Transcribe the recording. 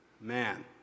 man